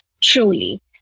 truly